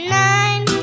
nine